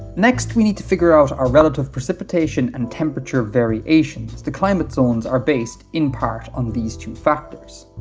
next, we need to figure out our relative precipitation and temperature variations. the climate zones are based, in part, on these two factors.